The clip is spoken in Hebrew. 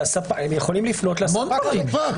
הם יכולים לפנות לספק החברה.